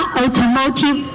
automotive